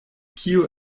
kio